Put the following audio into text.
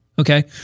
Okay